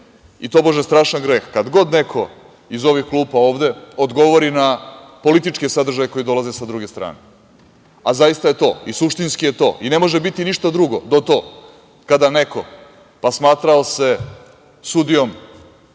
i tobože strašan greh kad god neko iz ovih klupa ovde odgovori na političke sadržaje koji dolaze sa druge strane. A zaista je to i suštinski je to i ne može biti ništa drugo do to kada neko, pa smatrao se sudijom,